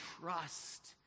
trust